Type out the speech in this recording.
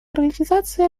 организации